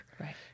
Right